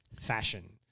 fashion